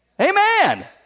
Amen